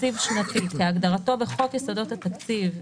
תקציב שנתי כהגדרתו בחוק יסודות התקציב,